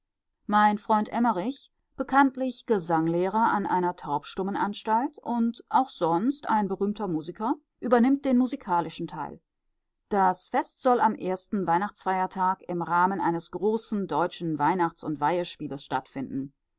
mein freund emmerich bekanntlich gesanglehrer an einer taubstummenanstalt und auch sonst ein berühmter musiker übernimmt den musikalischen teil das fest soll am ersten weihnachtsfeiertag im rahmen eines großen deutschen weihnachts und weihespieles stattfinden